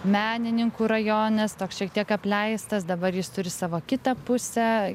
menininkų rajonas toks šiek tiek apleistas dabar jis turi savo kitą pusę